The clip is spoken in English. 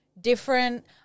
different